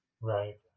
right